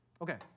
Okay